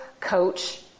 coach